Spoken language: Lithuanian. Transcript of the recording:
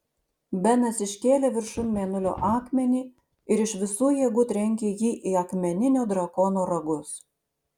benas iškėlė viršun mėnulio akmenį ir iš visų jėgų trenkė jį į akmeninio drakono ragus